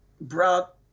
brought